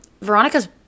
Veronica's